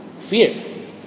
fear